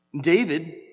David